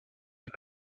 est